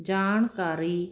ਜਾਣਕਾਰੀ